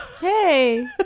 Hey